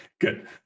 good